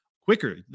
quicker